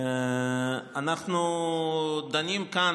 אנחנו דנים כאן,